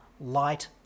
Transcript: light